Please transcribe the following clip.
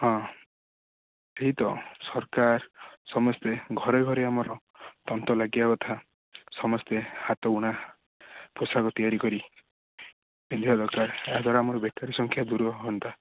ହଁ ସେଇତ ସରକାର ସମସ୍ତେ ଘରେ ଘରେ ଆମର ତନ୍ତ ଲାଗିବା କଥା ସମସ୍ତେ ହାତ ବୁଣା ପୋଷାକ ତିଆରି କରି ପିନ୍ଧିବା ଦରକାର ଏହା ଦ୍ଵାରା ଆମର ବେକାରୀ ସଂଖ୍ୟା ଦୂର ହୁଅନ୍ତା